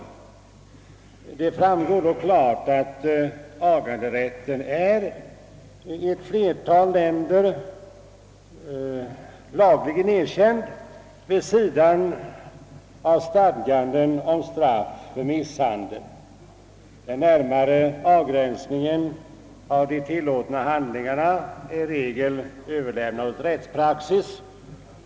En redovisning härav skulle klart ge vid handen, att agarätten i ett flertal länder är lagligen erkänd, samtidigt som det finns stadganden om straff för missbandel. Den närmare avgränsningen av de tillåtna handlingarna är i regel överlämnad åt rättspraxis.